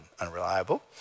unreliable